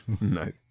nice